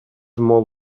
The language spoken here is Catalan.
molt